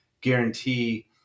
guarantee